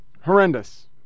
horrendous